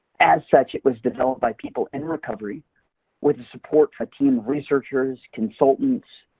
as such, it was developed by people in recovery with support from team researchers, consultants,